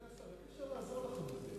אדוני השר, איך אפשר לעזור לך בזה?